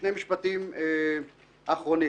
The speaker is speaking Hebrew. שני משפטים אחרונים.